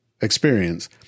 experience